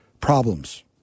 problems